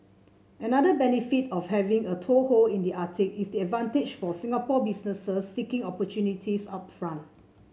another benefit of having a toehold in the Arctic is the advantage for Singapore businesses seeking opportunities up from